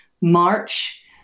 March